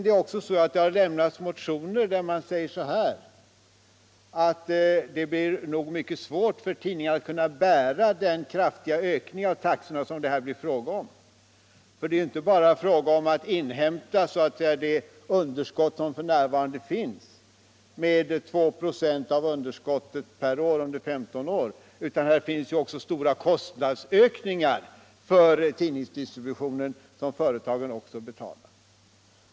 Men det har ju också lämnats motioner där man säger, att det blir nog mycket svårt för tidningsutgivarna att kunna bära den kraftiga ökning av taxorna som kommer att ske. Det är inte bara fråga om att inhämta det underskott som f. n. finns med 2 96 av underskottet per år under 15 år, utan här finns också stora kostnadsökningar för tidningsdistributionen som företagen betalar.